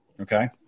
okay